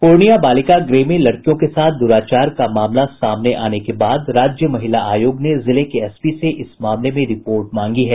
पूर्णिया बालिका गृह में लड़कियों के साथ दुराचार का मामला सामने आने के बाद राज्य महिला आयोग ने जिले के एसपी से इस मामले में रिपोर्ट मांगी है